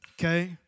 Okay